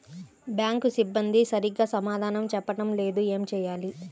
Bank సిబ్బంది సరిగ్గా సమాధానం చెప్పటం లేదు ఏం చెయ్యాలి?